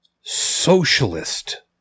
socialist